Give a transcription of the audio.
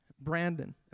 Brandon